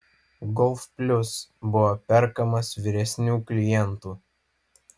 golf plius buvo perkamas vyresnių klientų